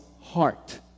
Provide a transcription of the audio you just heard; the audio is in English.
heart